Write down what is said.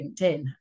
LinkedIn